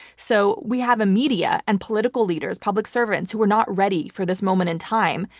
so we have a media and political leaders, public servants who are not ready for this moment in time,